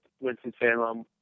Winston-Salem